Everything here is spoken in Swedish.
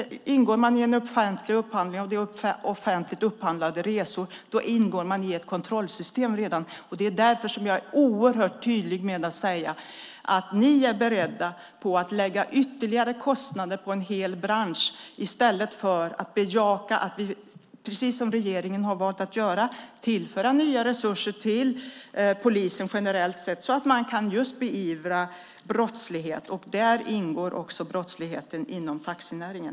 Ingår man i en offentlig upphandling och det är offentligt upphandlade resor ingår man i ett kontrollsystem. Ni är beredda att lägga ytterligare kostnader på en hel bransch i stället för att bejaka att, som regeringen har valt att göra, tillföra nya resurser till polisen generellt sett så att man kan beivra brottslighet. Där ingår brottsligheten inom taxinäringen.